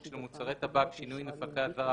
של מוצרי טבק (שינוי נוסחי אזהרה),